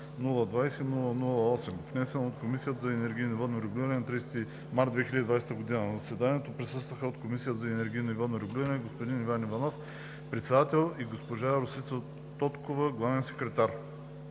020-00-8, внесен от Комисията за енергийно и водно регулиране на 30 март 2020 г. На заседанието присъстваха: от Комисията за енергийно и водно регулиране: господин Иван Иванов – председател, и госпожа Росица Тоткова – главен секретар.